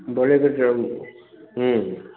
बोले कि जम